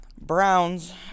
Browns